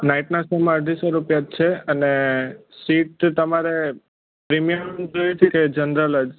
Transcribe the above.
નાઈટના શોમાં અઢીસો રૂપિયા જ છે અને સીટ તમારે પ્રીમયમ જોઈએ છે કે જનરલ જ